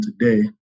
today